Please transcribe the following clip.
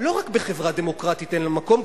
לא רק בחברה דמוקרטית אין לה מקום,